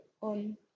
on